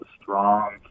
strong